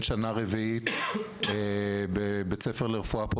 שנה רביעית בבית ספר לרפואה בירושלים.